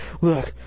look